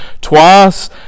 twice